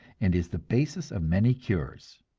and is the basis of many cures.